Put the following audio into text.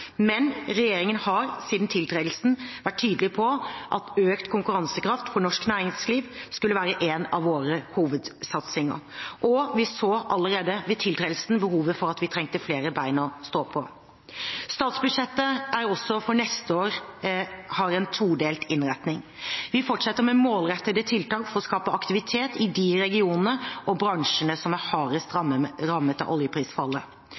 Men regjeringen har siden tiltredelsen vært tydelig på at økt konkurransekraft for norsk næringsliv skulle være en av våre hovedsatsinger. Og vi så allerede ved tiltredelsen behovet for at vi trengte flere bein å stå på. Statsbudsjettet har også for neste år en todelt innretning. Vi fortsetter med målrettede tiltak for å skape aktivitet i de regionene og bransjene som er hardest rammet av oljeprisfallet.